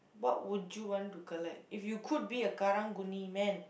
what would you want to collect if you could be a Karang-Guni man